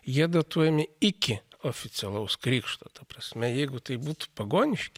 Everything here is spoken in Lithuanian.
jie datuojami iki oficialaus krikšto ta prasme jeigu tai būtų pagoniški